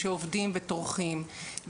שעובדים וטורחים,